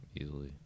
Easily